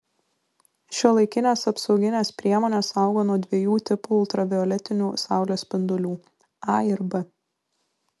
šiuolaikinės apsauginės priemonės saugo nuo dviejų tipų ultravioletinių saulės spindulių a ir b